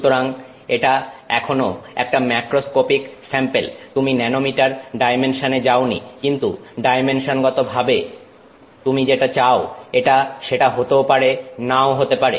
সুতরাং এটা এখনো একটা ম্যাক্রোস্কোপিক স্যাম্পেল তুমি ন্যানোমিটার ডাইমেনশনে যাওনি কিন্তু ডাইমেনশনগত ভাবে তুমি যেটা চাও এটা সেটা হতেও পারে নাও হতে পারে